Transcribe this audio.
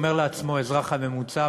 אומר לעצמו האזרח הממוצע,